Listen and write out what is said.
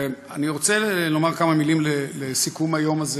אני רוצה לומר כמה מילים לסיכום היום הזה